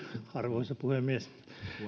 arvoisa puhemies